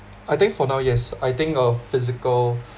I think for now yes I think of physical